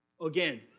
Again